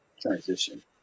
transition